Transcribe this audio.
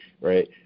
right